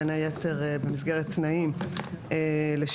בין היתר במסגרת תנאים לשחרור,